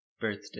birthday